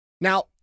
Now